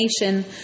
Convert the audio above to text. nation